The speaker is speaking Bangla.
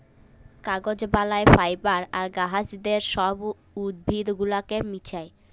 কাগজ বালায় ফাইবার আর গাহাচের ছব উদ্ভিদ গুলাকে মিশাঁয়